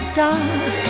dark